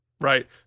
Right